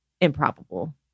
improbable